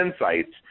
insights